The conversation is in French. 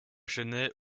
chênaie